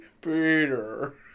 Peter